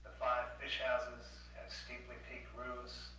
fish houses have steeply peaked roofs,